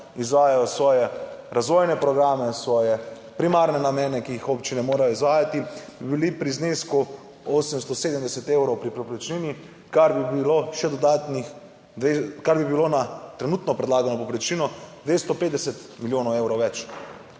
izvajajo svoje razvojne programe, svoje primarne namene, ki jih občine morajo izvajati, bi bili pri znesku 870 evrov pri povprečnini, kar bi bilo še dodatnih 200, kar bi bilo na trenutno predlagano povprečnino 250 milijonov evrov več.